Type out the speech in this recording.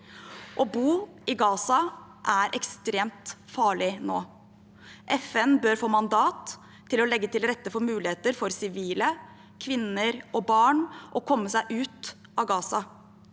Å bo i Gaza er ekstremt farlig nå. FN bør få mandat til å legge til rette for muligheter for sivile, kvinner og barn til å komme seg ut av Gaza.